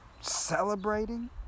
celebrating